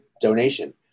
donation